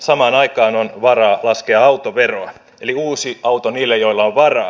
samaan aikaan on varaa laskea autoveroa eli uusi auto niille joilla on varaa